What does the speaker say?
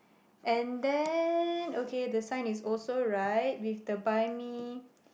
and then okay the sign is also right with the buy me